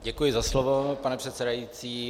Děkuji za slovo, pane předsedající.